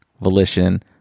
volition